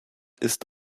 ist